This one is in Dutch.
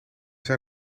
zijn